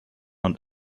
und